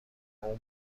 اون